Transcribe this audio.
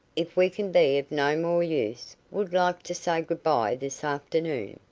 if we can be of no more use, would like to say good-bye this afternoon.